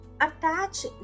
Attach